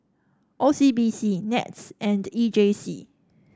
O C B C NETS and E J C